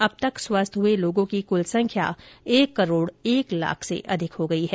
अब तक स्वस्थ हुए लोगों की कुल संख्या एक करोड़ एक लाख से अधिक हो गई है